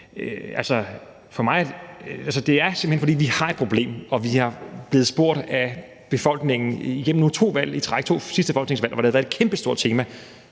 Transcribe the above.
Det er, simpelt hen fordi vi har et problem, og vi er blevet spurgt af befolkningen igennem nu to valg i træk, de to sidste folketingsvalg, hvor det har været et kæmpestort tema,